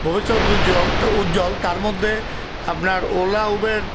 ভবিষ্যৎ উজ্জ্বল তো উজ্জ্বল তার মধ্যে আপনার ওলা উবের